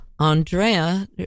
Andrea